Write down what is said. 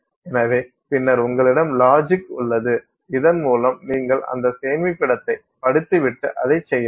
எனவே பின்னர் உங்களிடம் சில லாஜிக் உள்ளது இதன் மூலம் நீங்கள் அந்த சேமிப்பிடத்தைப் படித்துவிட்டு அதைச் செய்யலாம்